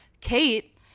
Kate